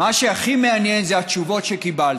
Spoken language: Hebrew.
מה שהכי מעניין זה התשובות שקיבלתי.